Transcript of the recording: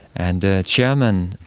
and the chairman,